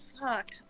Fuck